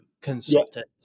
consultant